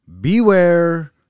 Beware